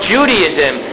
Judaism